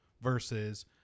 Versus